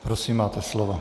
Prosím, máte slovo.